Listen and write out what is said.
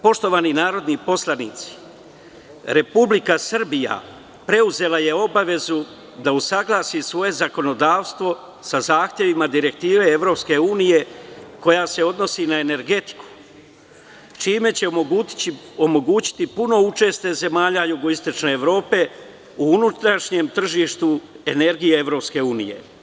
Poštovani narodni poslanici, Republika Srbija preuzela je obavezu da usaglasi svoje zakonodavstvo sa zahtevima direktive EU koja se odnosi na energetiku, čime će omogućiti puno učešće zemalja jugoistočne Evrope u unutrašnjem tržištu energije EU.